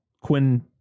Quinn